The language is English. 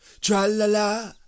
Tra-la-la